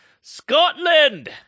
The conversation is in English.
Scotland